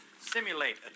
simulate